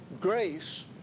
grace